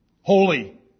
holy